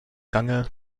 gange